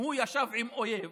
שהוא ישב עם אויב,